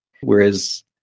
Whereas